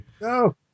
No